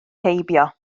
heibio